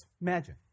Imagine